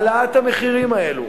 העלאות המחירים האלו,